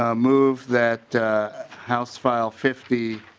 ah move that house file fifty